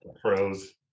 pros